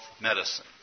Medicine